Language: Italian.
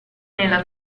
nella